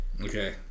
Okay